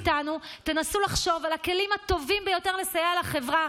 ואתם ביחד איתנו תנסו לחשוב על הכלים הטובים ביותר לסייע לחברה,